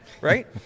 Right